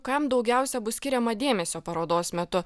kam daugiausia bus skiriama dėmesio parodos metu